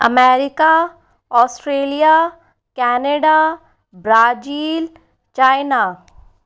America Australia Canada Brazil China